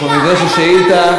אנחנו ניגש לשאילתה,